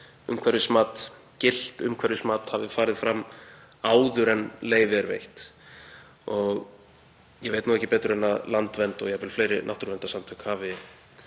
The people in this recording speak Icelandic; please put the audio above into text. umhverfismat, gilt umhverfismat hafi farið fram áður en leyfi er veitt. Ég veit ekki betur en að Landvernd og jafnvel fleiri náttúruverndarsamtök hafi